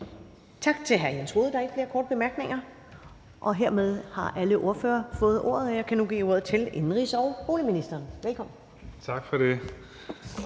Tak til hr. Jens Rohde. Der er ikke flere korte bemærkninger. Hermed har alle ordførere haft ordet, og jeg kan nu give ordet til indenrigs- og boligministeren. Velkommen. Kl.